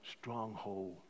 stronghold